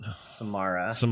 Samara